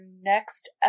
next